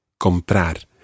Comprar